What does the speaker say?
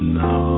no